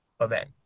event